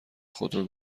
خودرو